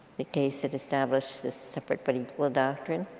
the case that established the separate but equal doctrine.